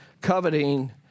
coveting